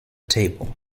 table